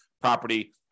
property